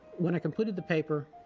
when i completed the paper,